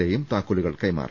എയും താക്കോലുകൾ കൈമാറി